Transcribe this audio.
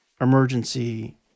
Emergency